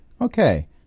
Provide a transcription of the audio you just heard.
Okay